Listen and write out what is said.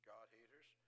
God-haters